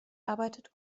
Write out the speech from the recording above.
arbeitet